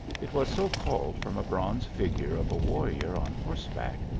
it was so called from a bronze figure of a warrior on horseback,